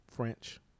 french